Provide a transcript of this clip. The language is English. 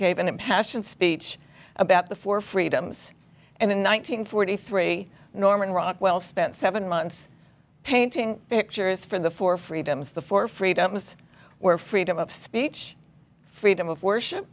an impassioned speech about the four freedoms and in one nine hundred forty three norman rockwell spent seven months painting pictures for the four freedoms the four freedoms where freedom of speech freedom of worship